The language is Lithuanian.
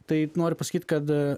tai noriu pasakyt kad